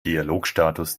dialogstatus